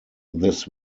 this